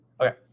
Okay